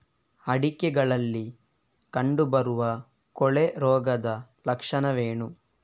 ಅಡಿಕೆಗಳಲ್ಲಿ ಕಂಡುಬರುವ ಕೊಳೆ ರೋಗದ ಲಕ್ಷಣವೇನು?